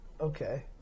okay